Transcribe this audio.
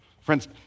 Friends